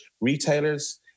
retailers